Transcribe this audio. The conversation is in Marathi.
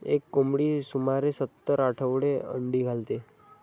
एक कोंबडी सुमारे सत्तर आठवडे अंडी घालते